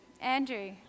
Andrew